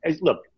look